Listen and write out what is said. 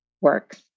works